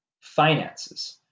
finances